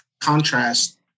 contrast